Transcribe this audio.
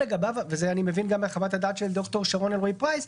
וזה אני מבין גם מחוות הדעת של ד"ר שרון אלרעי פרייס,